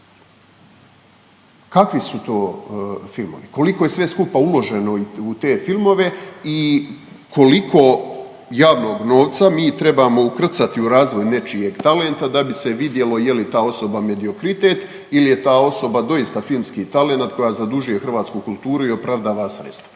Kakvi su to filmovi? Koliko je sve skupa uloženo u te filmove i koliko javnog novca mi trebamo ukrcati u razvoj nečijeg talenta da bi se vidjelo je li ta osoba mediokritet ili je ta osoba doista filmski talent koja zadužuje hrvatsku kulturu i opravdava sredstva?